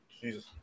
Jesus